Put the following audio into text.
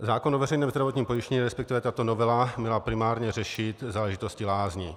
Zákon o veřejném zdravotním pojištění respektive tato novela měla primárně řešit záležitosti lázní.